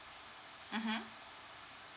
mmhmm